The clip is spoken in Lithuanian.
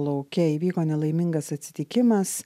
lauke įvyko nelaimingas atsitikimas